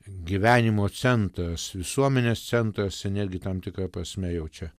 gyvenimo centas visuomenės centras ir netgi tam tikra prasme jau čia